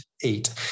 eight